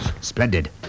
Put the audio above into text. splendid